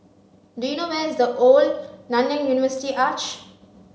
do you know where is The Old Nanyang University Arch